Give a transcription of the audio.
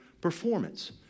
performance